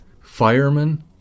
firemen